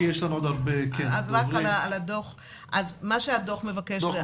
מה שהדוח מבקש זה,